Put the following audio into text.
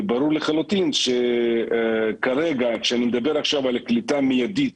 וברור לחלוטין שכרגע כשאני מדבר עכשיו על קליטה מיידית,